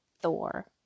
Thor